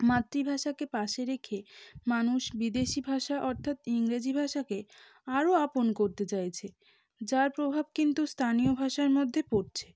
মাতৃভাষাকে পাশে রেখে মানুষ বিদেশী ভাষা অর্থাৎ ইংরেজি ভাষাকে আরো আপন করতে চাইছে যার প্রভাব কিন্তু স্থানীয় ভাষার মধ্যে পড়ছে